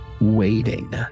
waiting